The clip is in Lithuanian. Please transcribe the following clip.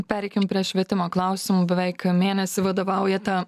pereikim prie švietimo klausimų beveik mėnesį vadovaujate